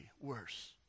worse